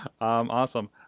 Awesome